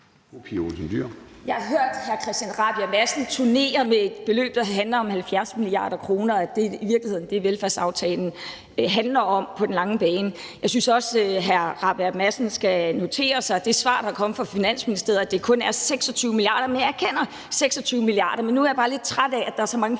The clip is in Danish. Jeg har hørt hr. Christian Rabjerg Madsen turnere med et beløb, der handler om 70 mia. kr., og at det i virkeligheden er det, velfærdsaftalen handler om på den lange bane. Jeg synes også, hr. Christian Rabjerg Madsen skal notere sig det svar, der er kommet fra Finansministeriet, nemlig at det kun er 26 mia. kr. Men jeg erkender, at det er 26 mia. kr. Nu er jeg bare lidt træt af, at der er så mange forkerte